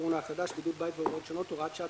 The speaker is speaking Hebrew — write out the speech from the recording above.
הקורונה החדש) (בידוד בית והוראות שונות) (הוראת שעה),